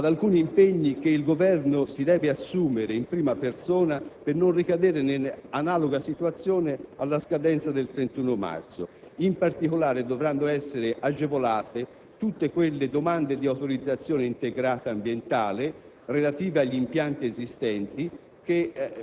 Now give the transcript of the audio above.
da alcuni impegni che il Governo deve assumere in prima persona per non ricadere in analoga situazione alla scadenza del 31 marzo 2008. In particolare, dovranno essere agevolate tutte le domande di autorizzazione integrata ambientale relative agli impianti esistenti